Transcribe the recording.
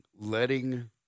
letting